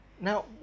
Now